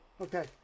Okay